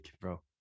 bro